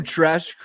Trash